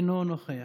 אינו נוכח,